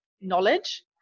knowledge